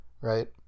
Right